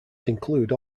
include